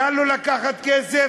קל לו לקחת כסף,